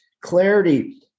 clarity